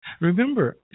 Remember